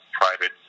private